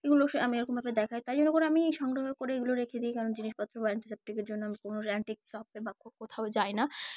এগুলো আমি এরকমভাবে দেখাই তাই জন্য করে আমি সংগ্রহ করে এগুলো রেখে দিই কারণ জিনিসপত্র বা অ্যান্টিসেপ্টিকের জন্য আমি কোনো অ্যান্টিক পাই বা কোথাও যাই না